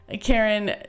Karen